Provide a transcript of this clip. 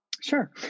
Sure